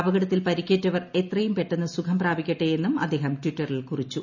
അപകടത്തിൽ പരിക്കേറ്റവർ എത്രയും പ്ടെട്ടെന്ന് ് സുഖം പ്രാപിക്കട്ടെ എന്നും അദ്ദേഹം ട്വിറ്ററിൽ ക്യൂറിച്ചു